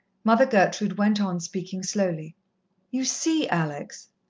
mother gertrude went on speaking slowly you see, alex,